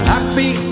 Happy